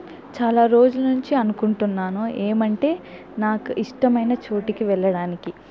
చాలా రోజుల నుంచి అనుకుంటున్నాను ఏమంటే నాకు ఇష్టమైన చోటికి వెళ్లడానికి